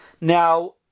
Now